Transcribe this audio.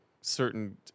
certain